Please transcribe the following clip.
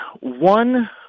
one